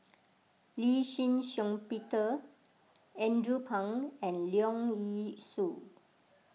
Lee Shih Shiong Peter Andrew Phang and Leong Yee Soo